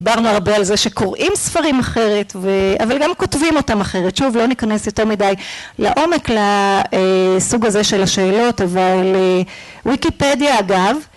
דברנו הרבה על זה שקוראים ספרים אחרת, אבל גם כותבים אותם אחרת, שוב לא ניכנס יותר מדי לעומק לסוג הזה של השאלות אבל ויקיפדיה אגב,